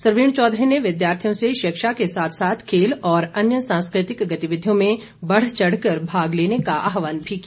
सरवीण चौधरी ने विद्यार्थियों से शिक्षा के साथ साथ खेल और अन्य सांस्कृतिक गतिविधियों में बढ़ चढ़ कर भाग लेने का आहवान भी किया